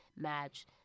match